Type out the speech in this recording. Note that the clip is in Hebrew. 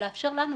ולאפשר לנו,